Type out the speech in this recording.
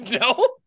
No